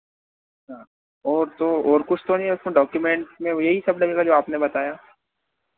हाँ और तो और कुछ तो नहीं उसमें डॉक्युमेंट्स में यही सब लगेगा जो आपने बताया